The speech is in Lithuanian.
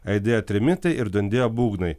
aidėjo trimitai ir dundėjo būgnai